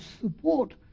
support